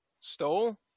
stole